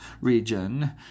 region